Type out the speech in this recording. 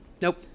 Nope